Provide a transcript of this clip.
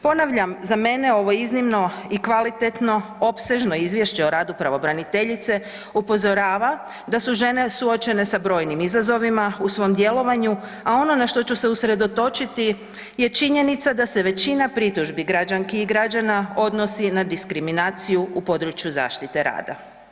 Ponavljam, za mene ovo iznimno i kvalitetno, opsežno izvješće o radu pravobraniteljice upozorava da su žene suočene sa brojnim izazovima u svoj djelovanju, a ono na što ću se usredotočiti je činjenica da se većina pritužbi građanki i građana odnosi na diskriminaciju u području zaštite rada.